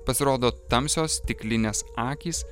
pasirodo tamsios stiklinės akys